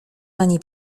ani